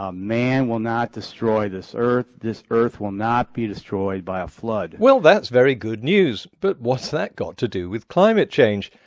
ah man will will not destroy this earth this earth will not be destroyed by a flood well, that's very good news, but what's that got to do with climate change?